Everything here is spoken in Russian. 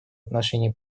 отношении